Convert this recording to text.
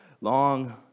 long